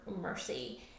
mercy